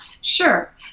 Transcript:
sure